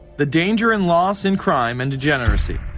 the danger and loss in crime and degeneracy.